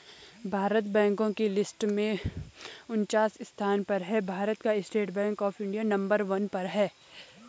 भारत बैंको की लिस्ट में उनन्चास स्थान पर है भारत का state bank of India number one पर है